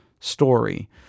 story